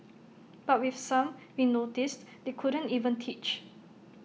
but with some we noticed they couldn't even teach